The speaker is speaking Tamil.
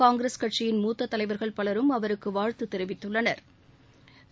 காங்கிரஸ் கட்சியின் மூத்த தலைவா்கள் பலரும் அவருக்கு வாழ்த்து தெரிவித்துள்ளனா்